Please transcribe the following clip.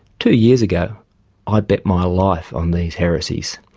two years ago i bet my life on these heresies.